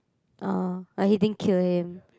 oh but he didn't kill him